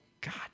God